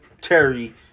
Terry